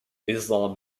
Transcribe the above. islam